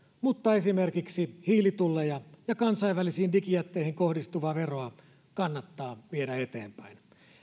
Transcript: mutta esimerkiksi hiilitulleja ja kansainvälisiin digijätteihin kohdistuvaa veroa kannattaa viedä eteenpäin